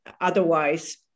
otherwise